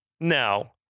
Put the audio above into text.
Now